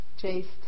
chased